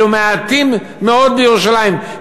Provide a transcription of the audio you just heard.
אלו מעטים מאוד בירושלים,